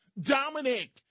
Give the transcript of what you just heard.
Dominic